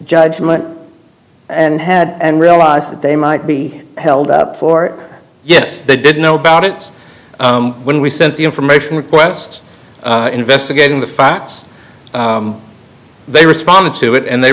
judgment and had and realized that they might be held up for yes they did know about it when we sent the information request investigating the facts they responded to it and they